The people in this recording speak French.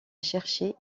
cherché